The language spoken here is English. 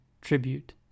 tribute